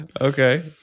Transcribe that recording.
Okay